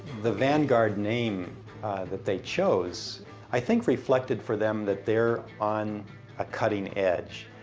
the vanguard name that they chose i think reflected for them that they're on a cutting edge,